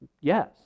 Yes